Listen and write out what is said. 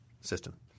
system